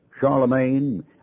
Charlemagne